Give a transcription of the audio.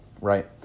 right